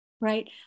right